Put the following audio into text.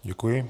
Děkuji.